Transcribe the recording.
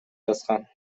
жазган